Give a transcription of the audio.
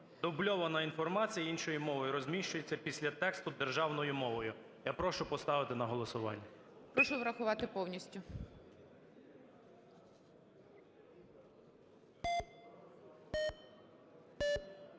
Дубльована інформація іншою мовою розміщується після тексту державною мовою". Я прошу поставити на голосування. ГОЛОВУЮЧИЙ. Прошу врахувати повністю.